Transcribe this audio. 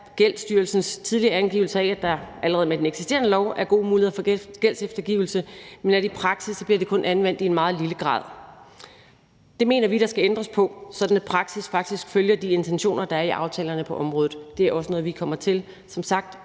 Gældsstyrelsens tidligere angivelser af, at der allerede med den eksisterende lov er gode muligheder for gældseftergivelse, men at det i praksis kun bliver anvendt i en meget lille grad. Det mener vi der skal ændres på, sådan at praksis faktisk følger de intentioner, der er i aftalerne på området. Det er også noget, vi som sagt